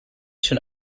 schon